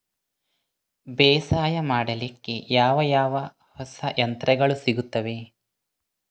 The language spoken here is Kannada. ಬೇಸಾಯ ಮಾಡಲಿಕ್ಕೆ ಯಾವ ಯಾವ ಹೊಸ ಯಂತ್ರಗಳು ಸಿಗುತ್ತವೆ?